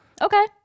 Okay